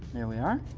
there we are.